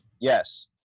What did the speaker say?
Yes